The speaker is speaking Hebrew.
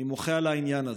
אני מוחה על העניין הזה.